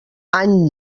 any